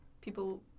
People